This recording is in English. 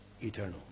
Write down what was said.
eternal